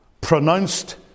pronounced